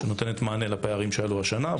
שנותנת מענה לפערים שעלו השנה,